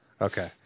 Okay